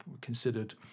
considered